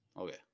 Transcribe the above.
Okay